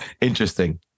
Interesting